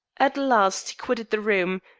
at last he quitted the room,